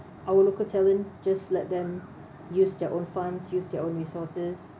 our local talent just let them use their own funds use their own resources